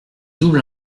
double